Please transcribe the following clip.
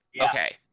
Okay